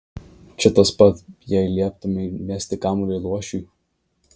čia tas pat jei lieptumei mesti kamuolį luošiui